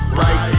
right